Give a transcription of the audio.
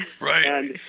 right